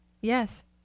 Yes